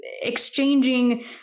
exchanging